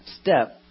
step